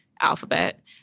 Alphabet